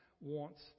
wants